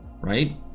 right